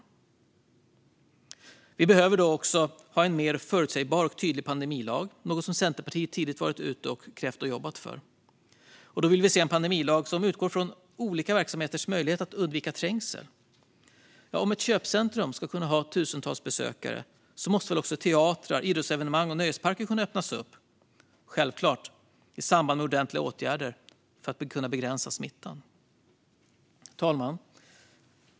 Därför behöver vi också en mer förutsägbar och tydlig pandemilag, något som Centerpartiet tidigt varit ute och krävt och jobbat för. Då vill vi se en pandemilag som utgår från olika verksamheters möjligheter att undvika trängsel. Om ett köpcentrum ska kunna ha tusentals besökare måste väl också teatrar, idrottsevenemang och nöjesparker kunna öppnas upp? Självklart ska de det i samband med ordentliga åtgärder för att kunna begränsa smittan. Herr talman!